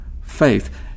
faith